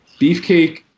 Beefcake